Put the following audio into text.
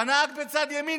והנהג בצד ימין,